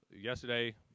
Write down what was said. yesterday